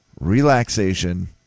relaxation